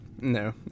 No